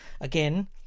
again-